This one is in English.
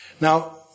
Now